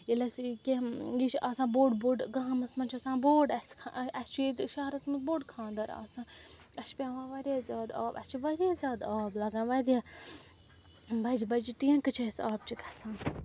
ییٚلہِ اَسہِ یہِ کیٚنٛہہ یہِ چھُ آسان بوٚڈ بوٚڈ گامَس منٛز چھُ آسان بوٚڈ اَسہِ اَسہِ چھُ ییٚتہِ شَہرَس منٛز بوٚڈ خانٛدَر آسان اَسہِ چھِ پٮ۪وان واریاہ زیادٕ آب اَسہِ چھُ واریاہ زیادٕ آب لَگان واریاہ بَجہِ بَجہِ ٹینٛکہٕ چھِ اَسہِ آبہٕ چہٕ گژھان